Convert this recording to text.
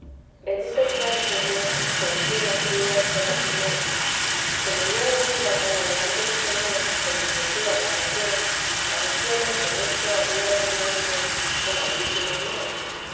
bendito sea el señor que en fin la suya fué la primera como yo vi iba tan adelante mi temor porque crecíala oración parecióme que en esto había algún gran bien o grandísimo mal